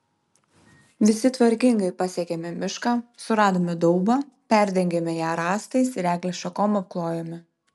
visi tvarkingai pasiekėme mišką suradome daubą perdengėme ją rąstais ir eglės šakom apklojome